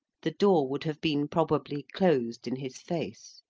the door would have been probably closed in his face.